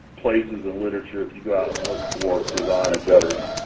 places in literature if you go out and look for design of gutters.